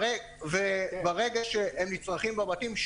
וברגע שהם נצרכים בבתים,